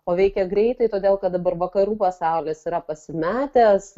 o veikia greitai todėl kad dabar vakarų pasaulis yra pasimetęs